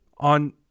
On